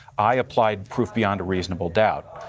i applied proof beyond a reasonable doubt.